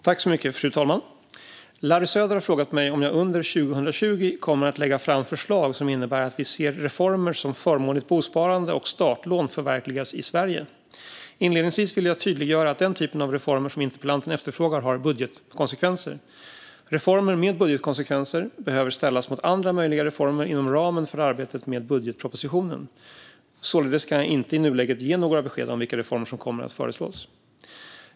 Fru talman! Larry Söder har frågat mig om jag under 2020 kommer att lägga fram förslag som innebär att vi ser reformer som förmånligt bosparande och startlån förverkligas i Sverige. Inledningsvis vill jag tydliggöra att den typen av reformer som interpellanten efterfrågar har budgetkonsekvenser. Reformer med budgetkonsekvenser behöver ställas mot andra möjliga reformer inom ramen för arbetet med budgetpropositionen. Således kan jag inte i nuläget ge några besked om vilka reformer som kommer att föreslås.